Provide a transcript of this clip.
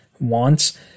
wants